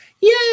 Yay